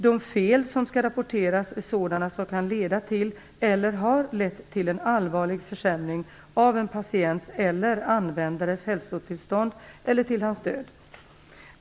De fel som skall rapporteras är sådana som kan leda till eller har lett till en allvarlig försämring av en patients eller användares hälsotillstånd eller till hans död.